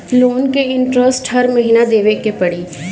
Loan के interest हर महीना देवे के पड़ी?